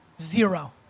Zero